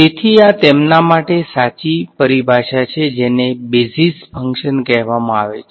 તેથી આ તેમના માટે સાચી પરિભાષા છે જેને બેઝિસ ફંક્શન કહેવામાં આવે છે